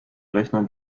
rechner